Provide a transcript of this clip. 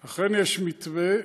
אכן, יש מתווה.